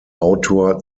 autor